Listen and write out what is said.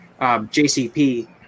JCP